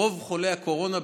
רוב חולי הקורונה,